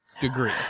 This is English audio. degree